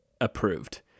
approved